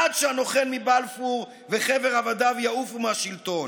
עד שהנוכל מבלפור וחבר עבדיו יעופו מהשלטון.